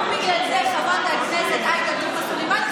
חברת הכנסת עאידה תומא סלימאן,